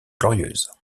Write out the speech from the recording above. glorieuses